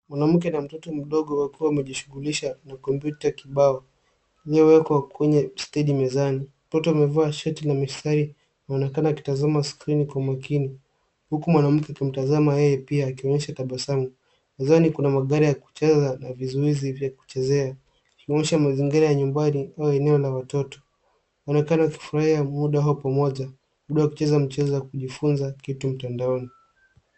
Mwanamke na mtoto mdogo wakiwa wamejishughulisha na kompyuta kibao iliyowekwa kwenye stendi mezani. Mtoto amevaa shati la mistari na anaonekana akitazama skrini kwa makini huku mwanamke akimtazama yeye pia akionyesha tabasamu. Mezani kuna magari ya kucheza na vizuizi vya kuchezea. Inaonyesha mazingira ya nyumbani au eneo la watoto. Inaonekana wakifurahia muda wao pamoja, muda wa kucheza mchezo wa kujifunza kitu mtandaoni.